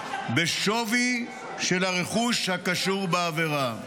בשווי של הרכוש הקשור בעבירה.